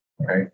right